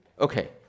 okay